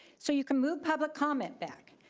so you can move public comment back,